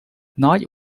knight